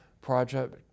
project